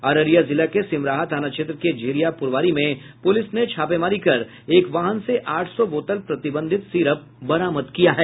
अररिया जिला के सिमराहा थाना क्षेत्र के झिरिया प्रवारी में पूलिस ने छापेमारी कर एक वाहन से आठ सौ बोतल प्रतिबंधित सिरप बरामद किया है